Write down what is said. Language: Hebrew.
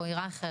רועי רייכר,